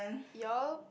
you all